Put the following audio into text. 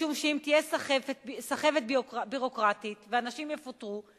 משום שאם תהיה סחבת ביורוקרטית ואנשים יפוטרו,